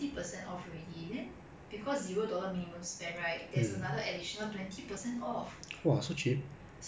so the shoe was from hundred dollar plus to fifty dollar plus then you add the additional twenty percent was at forty dollar plus leh